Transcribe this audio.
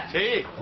a